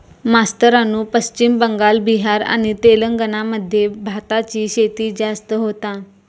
मास्तरानू पश्चिम बंगाल, बिहार आणि तेलंगणा मध्ये भाताची शेती जास्त होता